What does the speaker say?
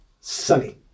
sunny